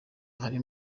hari